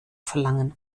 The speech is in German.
verlangen